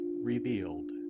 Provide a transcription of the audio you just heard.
revealed